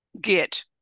get